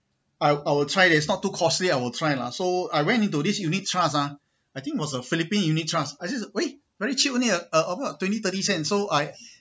I'll I will try it's not too costly I will try lah so I went into this unit trust ah I think was a philippines unit trust I said !oi! very cheap only ah uh about twenty thirty cent so I